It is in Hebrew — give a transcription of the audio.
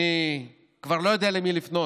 אני כבר לא יודע למי לפנות,